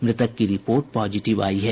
मृतक की report positive आयी है